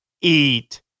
eat